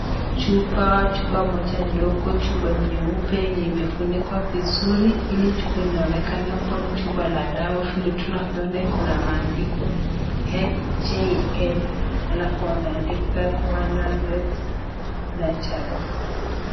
Chupa, chupa moja ndogo, chupa nyeupe yenye imefunikwa vizuri. Hili chupa inaonekana kuwa ni chupa la dawa, vile tunavyoona iko na maandiko HJN halafu wameandika One hundred naturals .